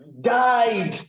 died